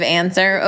answer